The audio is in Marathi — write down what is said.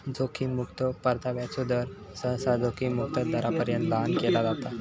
जोखीम मुक्तो परताव्याचो दर, सहसा जोखीम मुक्त दरापर्यंत लहान केला जाता